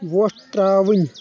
وۄٹھ ترٛاوٕنۍ